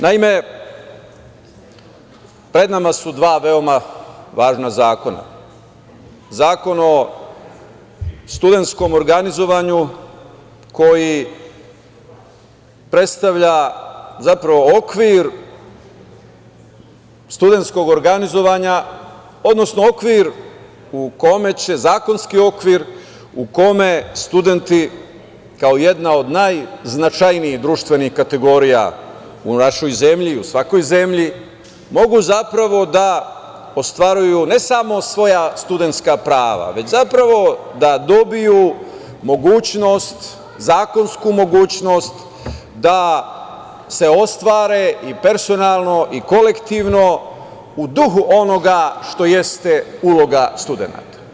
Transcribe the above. Naime, pred nama su dva veoma važna zakona – Zakon o studentskom organizovanju, koji predstavlja, zapravo, okvir studentskog organizovanja, odnosno okvir u kome će zakonski okvir u kome studenti kao jedna od najznačajnijih društvenih kategorija u našoj zemlji u svakoj zemlji mogu, zapravo, da ostvaruju ne samo svoja studentska prava, već, zapravo, da dobiju mogućnost, zakonsku mogućnost da se ostvare i personalno i kolektivno u duhu onoga što jeste uloga studenata.